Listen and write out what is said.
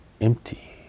empty